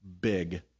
big